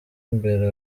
imbere